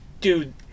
dude